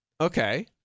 okay